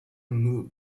moved